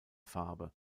farbe